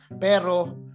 Pero